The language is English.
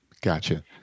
Gotcha